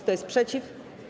Kto jest przeciw?